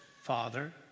Father